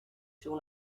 sur